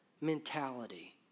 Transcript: mentality